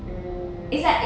mm